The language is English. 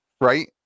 Right